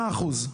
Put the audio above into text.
מה האחוז?